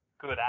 good